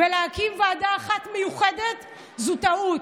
ולהקים ועדה אחת מיוחדת זו טעות.